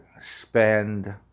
spend